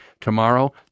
Tomorrow